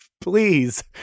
Please